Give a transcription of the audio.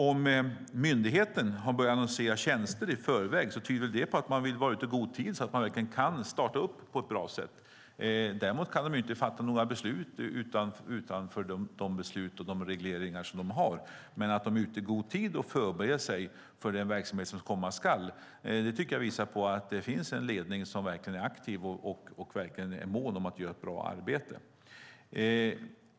Om myndigheten börjat annonsera ut tjänster i förväg tyder det väl på att de vill vara ute i god tid så att de verkligen kan starta upp verksamheten på ett bra sätt. Däremot kan de inte fatta några beslut utanför de regleringar som finns. Att de är ute i god tid och förbereder sig för den verksamhet som komma skall tycker jag visar att det finns en ledning som är aktiv och mån om att göra ett bra arbete.